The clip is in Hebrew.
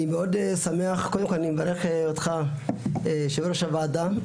אני מברך אותך יושב-ראש הוועדה.